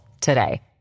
today